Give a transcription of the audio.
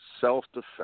Self-defense